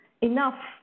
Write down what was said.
enough